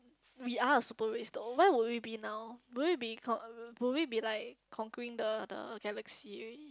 we are a super race door why would we be now would we be would we be like conquering the the galaxy already